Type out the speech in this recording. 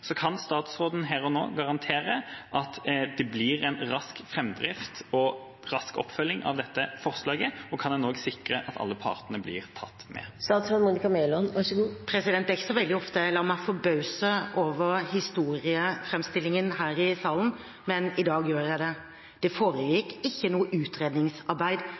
Kan statsråden her og nå garantere at det blir en rask framdrift og en rask oppfølging av dette forslaget? Kan hun også sikre at alle partene blir tatt med? Det er ikke så veldig ofte jeg lar meg forbause over historieframstillingen her i salen, men i dag gjør jeg det. Det foregikk ikke noe utredningsarbeid